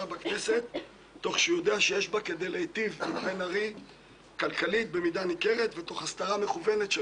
ולגורמים אחרים שליוו את עבודתה דבר על מערכת היחסים המשמעותית,